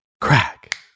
Crack